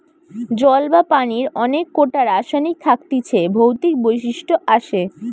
জল বা পানির অনেক কোটা রাসায়নিক থাকতিছে ভৌতিক বৈশিষ্ট আসে